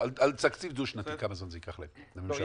על תקציב דו-שנתי, כמה זמן זה ייקח להם, לממשלה?